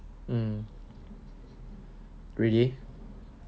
mm really